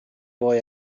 boy